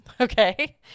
Okay